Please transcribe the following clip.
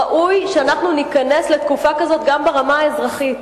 ראוי שאנחנו ניכנס לתקופה כזאת גם ברמה האזרחית.